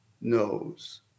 knows